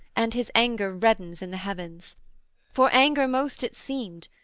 and his anger reddens in the heavens for anger most it seemed,